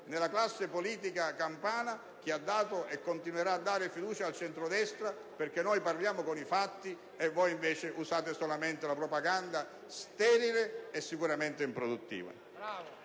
nella classe politica campana, che ha dato e continuerà a dare fiducia al centrodestra, perché noi parliamo con i fatti e voi invece usate soltanto propaganda sterile e sicuramente improduttiva.